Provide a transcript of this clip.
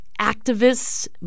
activists